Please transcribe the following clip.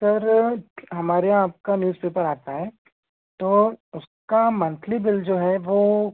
sir हमारे यहाँ आपका न्यूज़पेपर आता है तो उसका मंथली बिल जो है वह